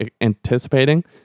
anticipating